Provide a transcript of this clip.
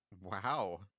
Wow